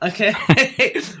Okay